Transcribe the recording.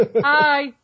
Hi